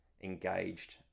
engaged